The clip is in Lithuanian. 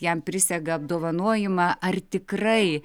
jam prisega apdovanojimą ar tikrai